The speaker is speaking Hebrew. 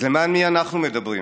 אז למען מי אנחנו מדברים?